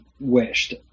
wished